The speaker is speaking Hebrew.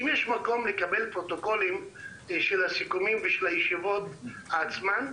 אם יש מקום לקבל פרוטוקולים של הסיכומים ושל הישיבות עצמן,